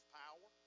power